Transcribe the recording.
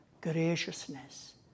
graciousness